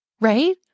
Right